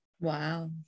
wow